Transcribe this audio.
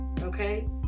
Okay